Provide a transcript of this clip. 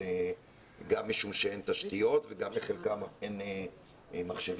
גם משום שאין תשתיות וגם לחלקם אין מחשבים.